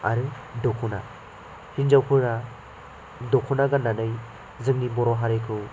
आरो दखना हिन्जावफोरा दखना गाननानै जोंनि बर' हारिखौ